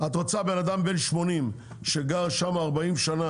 את רוצה שבן אדם בן 80 שגר שם 40 שנה,